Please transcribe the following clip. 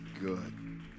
good